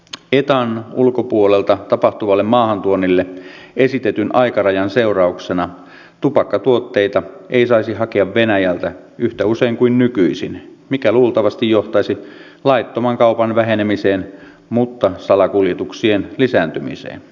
etan ulkopuolelta tapahtuvalle maahantuonnille esitetyn aikarajan seurauksena tupakkatuotteita ei saisi hakea venäjältä yhtä usein kuin nykyisin mikä luultavasti johtaisi laittoman kaupan vähenemiseen mutta salakuljetuksen lisääntymiseen